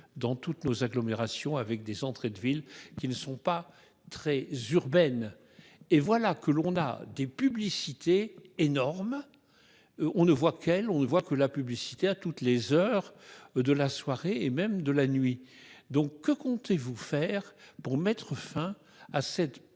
dans toutes nos agglomérations avec des entrées de ville qui ne sont pas très urbaine. Et voilà que l'on a des publicités énormes. On ne voit qu'elle, on ne voit que la publicité à toutes les heures de la soirée et même de la nuit. Donc, que comptez-vous faire pour mettre fin à cette pollution